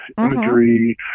imagery